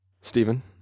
Stephen